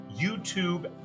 YouTube